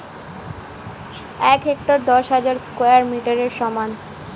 এক হেক্টার দশ হাজার স্কয়ার মিটারের সমান